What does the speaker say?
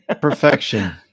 Perfection